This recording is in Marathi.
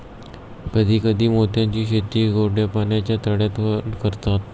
कधी कधी मोत्यांची शेती गोड्या पाण्याच्या तळ्यात पण करतात